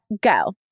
go